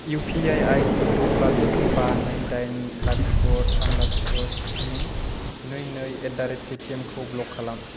UPI ID द' लाथिख' बा नै दाइन लाथिख' थाम लाथिख' स्नि नै नै एडारेट पेटिएमखौ ब्लक खालाम